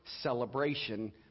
celebration